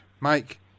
Mike